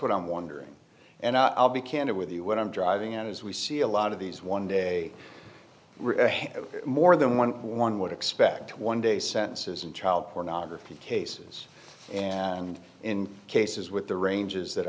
what i'm wondering and i'll be candid with you what i'm driving at is we see a lot of these one day more than eleven would expect one day sentences in child pornography cases and in cases with the ranges that